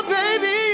baby